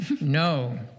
No